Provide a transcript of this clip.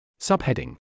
subheading